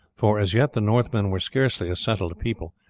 for as yet the northmen were scarcely a settled people,